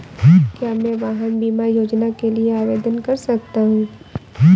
क्या मैं वाहन बीमा योजना के लिए आवेदन कर सकता हूँ?